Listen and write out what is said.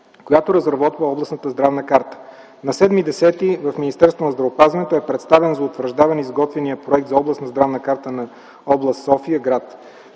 която разработва областната здравна карта. На 7 октомври 2010 г. в Министерството на здравеопазването е представен за утвърждаване изготвеният проект за областна здравна карта на област София град.